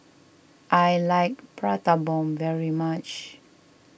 I like Prata Bomb very much